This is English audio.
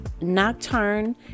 nocturne